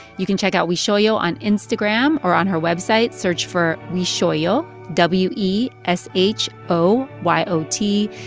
you can check out weshoyot on instagram or on her website. search for weshoyot w e s h o y o t.